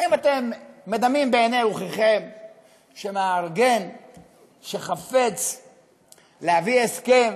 האם אתם מדמים בעיני רוחכם שמארגן שחפץ להביא הסכם